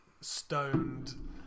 stoned